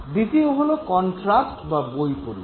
দ্বিতীয় হল কন্ট্রাস্ট বা বৈপরীত্য